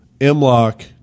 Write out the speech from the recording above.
M-Lock